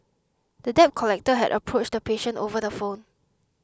the debt collector had approached the patient over the phone